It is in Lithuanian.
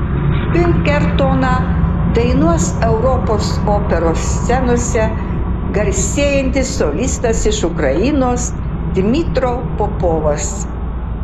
pinkertoną dainuos europos operos scenose garsėjantis solistas iš ukrainos dmytro popovas